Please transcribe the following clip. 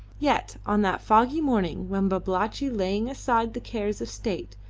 yet on that foggy morning when babalatchi, laying aside the cares of state,